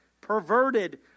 perverted